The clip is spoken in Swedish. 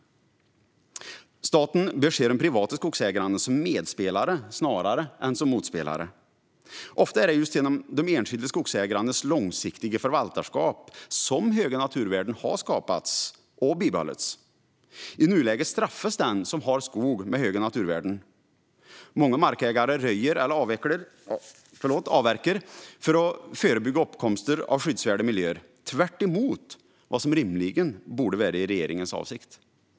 Staten bör se de privata skogsägarna som medspelare snarare än som motspelare. Ofta är det just genom de enskilda skogsägarnas långsiktiga förvaltarskap som höga naturvärden har skapats och bibehållits. I nuläget straffas den som har skog med höga naturvärden. Många markägare röjer eller avverkar för att förebygga uppkomster av skyddsvärda miljöer, tvärtemot vad som rimligen borde vara regeringens avsikt.